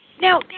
Now